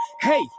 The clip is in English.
Hey